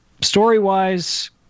story-wise